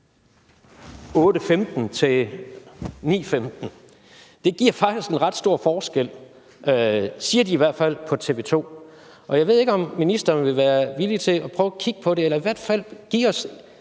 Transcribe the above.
8.15 til kl. 9.15. Det giver faktisk en ret stor forskel, siger de i hvert fald på TV 2, og jeg ved ikke, om ministeren vil være villig til at prøve at kigge på det eller i hvert fald sige os,